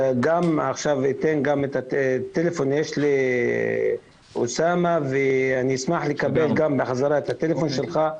לאוסאמה יש את הטלפון ואני אשמח לקבל את הטלפון שלך.